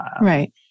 Right